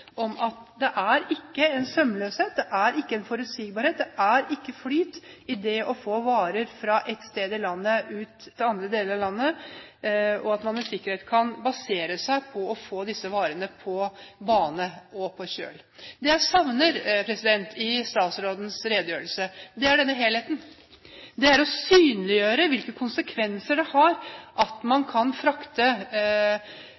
at det ikke er sømløshet, at det ikke er forutsigbarhet, at det ikke er flyt når det gjelder å få varer fra ett sted i landet og ut til andre deler av landet, slik at man med sikkerhet kan basere seg på å få disse varene på bane og på kjøl. Det jeg savner i statsrådens redegjørelse, er denne helheten. Det er å synliggjøre hvilke konsekvenser det har at man